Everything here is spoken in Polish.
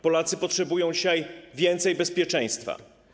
Polacy potrzebują dzisiaj więcej bezpieczeństwa.